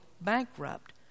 bankrupt